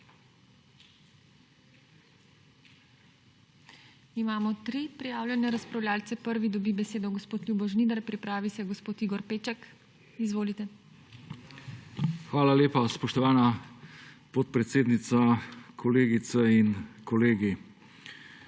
Hvala lepa, spoštovana podpredsednica. Kolegice in kolegi!